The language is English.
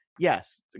Yes